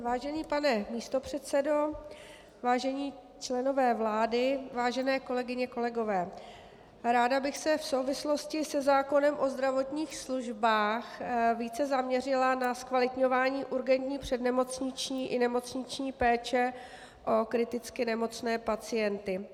Vážený pane místopředsedo, vážení členové vlády, vážené kolegyně, kolegové, ráda bych se v souvislosti se zákonem o zdravotních službách více zaměřila na zkvalitňování urgentní přednemocniční i nemocniční péče o kriticky nemocné pacienty.